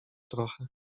trochę